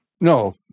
no